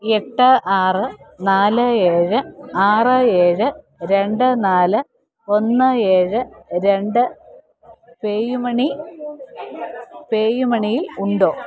എട്ട് ആറ് നാല് ഏഴ് ആറ് ഏഴ് രണ്ട് നാല് ഒന്ന് ഏഴ് രണ്ട് പേയു മണി പേയുമണിയിൽ ഉണ്ടോ